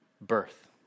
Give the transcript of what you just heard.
birth